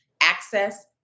access